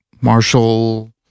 Marshall